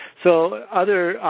so, other